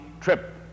trip